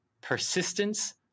persistence